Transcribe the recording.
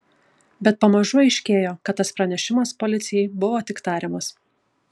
bet pamažu aiškėjo kad tas pranešimas policijai buvo tik tariamas